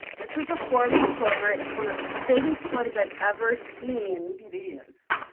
this is a four leaf clover, it's one of the biggest ones i've ever seen you to use